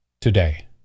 today